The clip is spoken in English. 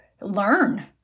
learn